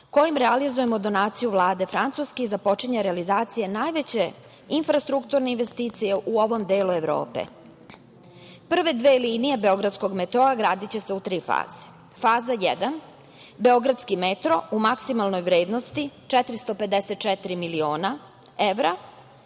kojim realizujemo donaciju Vlade Francuske i započinje realizacija najveće infrastrukturne investicije u ovom delu Evrope. Prve dve linije beogradskog metroa gradiće se u tri faze. Faza jedan – beogradski metro, u maksimalnoj vrednosti 454 miliona evra,